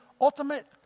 ultimate